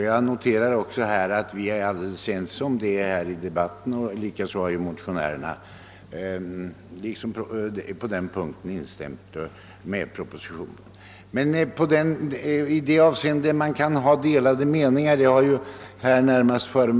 Jag noterar också att full enighet härvidlag råder i debatten och att motionärerna på denna punkt instämt med departementschefen. Men i ett avseende kan meningarna vara delade; saken berördes före mig av herr Oskarson.